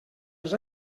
els